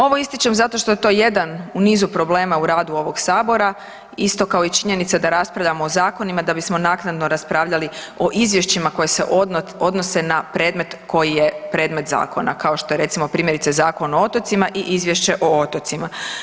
Ovo ističem zato što je to jedan u nizu problema u radu ovog Sabora, isto kao i činjenica da raspravljamo o zakonima, da bismo naknadno raspravljali o izvješćima koje se odnose na predmet koji je predmet zakona, kao što je recimo, primjerice, Zakon o otocima i Izvješće o otocima.